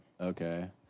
Okay